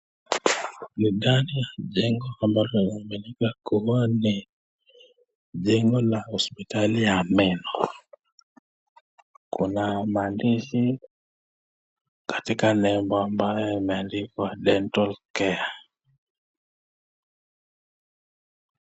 Ni ndani ya jengo ambalo linaloaminika kua ni hospitali ya meno. Kuna maandishi katika nembo ambayo imeandikwa DENTALCARE .